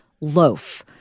loaf